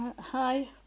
Hi